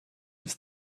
ist